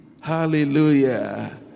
Hallelujah